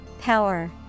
Power